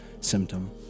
symptom